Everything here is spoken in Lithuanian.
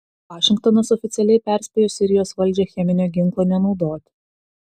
vašingtonas oficialiai perspėjo sirijos valdžią cheminio ginklo nenaudoti